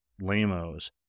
lamos